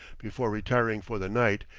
before retiring for the night,